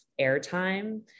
airtime